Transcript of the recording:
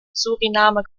suriname